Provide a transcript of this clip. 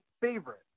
favorite